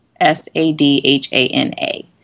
S-A-D-H-A-N-A